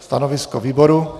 Stanovisko výboru?